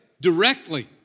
directly